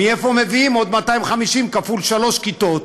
מאיפה מביאים עוד 250,000 כפול שלוש כיתות,